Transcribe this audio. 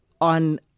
on